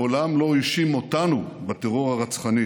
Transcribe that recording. מעולם לא האשים אותנו בטרור הרצחני